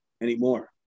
anymore